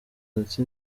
ndetse